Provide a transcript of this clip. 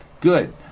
Good